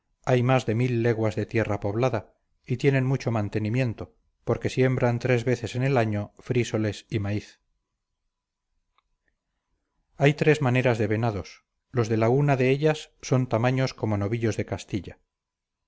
hay más de mil leguas de tierra poblada y tienen mucho mantenimiento porque siembran tres veces en el año frísoles y maíz hay tres maneras de venados los de la una de ellas son tamaños como novillos de castilla